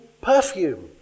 perfume